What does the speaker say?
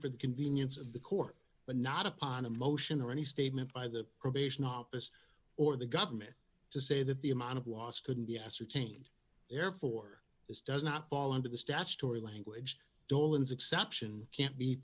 for the convenience of the court but not upon a motion or any statement by the probation office or the government to say that the amount of loss couldn't be ascertained therefore this does not fall under the statutory language dolan's exception can't